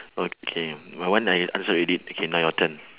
okay my one I answer already okay now your turn